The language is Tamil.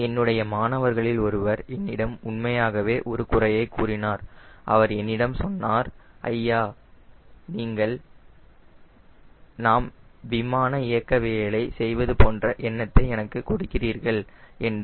என்னுடைய மாணவர்களில் ஒருவர் என்னிடம் உண்மையாகவே ஒரு குறையை கூறினார் அவர் என்னிடம் சொன்னார் ஐயா நீங்கள் நாம் விமான இயக்கவியலை செய்வது போன்ற எண்ணத்தை எனக்கு கொடுக்கிறீர்கள் என்று